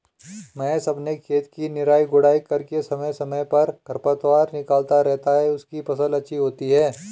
महेश अपने खेत की निराई गुड़ाई करके समय समय पर खरपतवार निकलता रहता है उसकी फसल अच्छी होती है